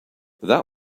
that